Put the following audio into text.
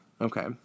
Okay